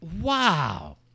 wow